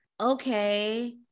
okay